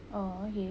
oh okay